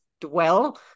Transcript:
dwell